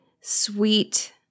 sweet